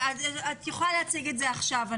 את יכולה להציג את ה עכשיו.